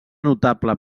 notable